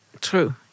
True